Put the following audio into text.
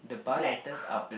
black